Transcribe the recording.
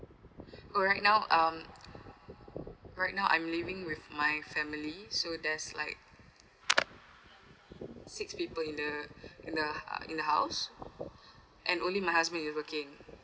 oh right now um right now I'm living with my family so there's like six people in the in the in the house and only my husband is working